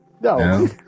No